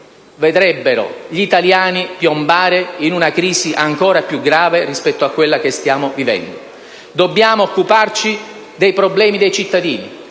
vedrebbero gli italiani piombare in una crisi ancora più grave rispetto a quella che stiamo vivendo. Dobbiamo occuparci dei problemi dei cittadini